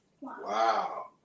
Wow